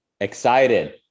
excited